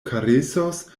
karesos